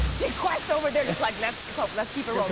gee, quest over there, he's like, let's go. let's keep it rolling.